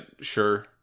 sure